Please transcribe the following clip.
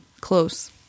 close